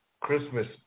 Christmas